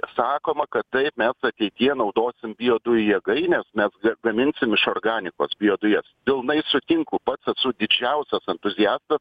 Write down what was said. sakoma kad taip mes ateityje naudosim biodujų jėgaines mes gaminsim iš organikos biodujas pilnai sutinku pats esu didžiausias entuziastas